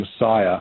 Messiah